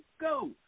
go